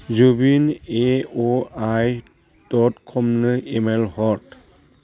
Zubeen A O I dot कमनो email हर